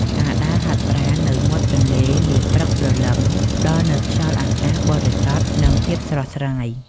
ការដើរហាត់ប្រាណនៅមាត់ទន្លេនាពេលព្រឹកព្រលឹម ផ្ដល់នូវខ្យល់អាកាសបរិសុទ្ធ និងភាពស្រស់ស្រាយ។